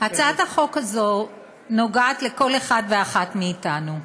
הצעת החוק הזאת נוגעת לכל אחד ואחת מאתנו.